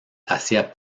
hacía